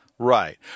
Right